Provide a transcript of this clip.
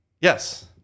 Yes